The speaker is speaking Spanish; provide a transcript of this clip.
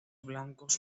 blancos